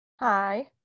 hi